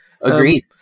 Agreed